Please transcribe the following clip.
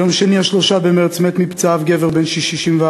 ביום שני 3 במרס מת מפצעיו גבר בן 64,